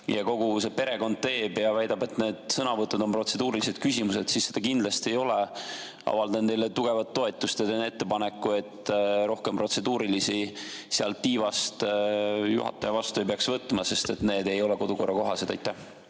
ja kogu see perekond teeb ja väidab, et need sõnavõtud on protseduurilised küsimused – seda need kindlasti ei ole. Avaldan teile tugevat toetust ja teen ettepaneku, et rohkem protseduurilisi sealt tiivast juhataja vastu ei peaks võtma, sest need ei ole kodukorrakohased.